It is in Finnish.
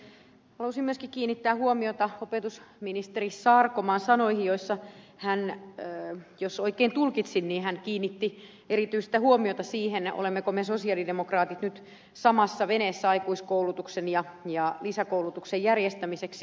halusin myöskin kiinnittää huomiota opetusministeri sarkomaan sanoihin joissa hän jos oikein tulkitsin kiinnitti erityistä huomiota siihen olemmeko me sosialidemokraatit nyt samassa veneessä aikuiskoulutuksen ja lisäkoulutuksen järjestämisestä